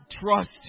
trust